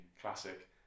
classic